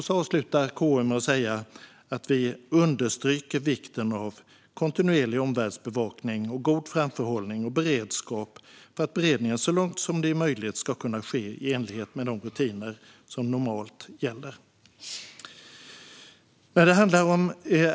KU avslutar med att vi "understryker vikten av kontinuerlig omvärldsbevakning och god framförhållning och beredskap för att beredningen så långt det är möjligt ska kunna ske i enlighet med de rutiner som normalt gäller".